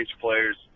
players